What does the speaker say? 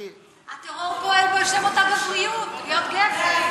הטרור פועל בשם אותה גבריות, להיות גבר.